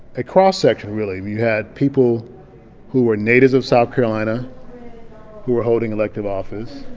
a cross-section really. you had people who were natives of south carolina who were holding elective office.